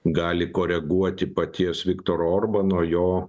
gali koreguoti paties viktoro orbano jo